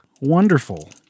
Wonderful